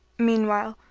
meanwhile,